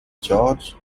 george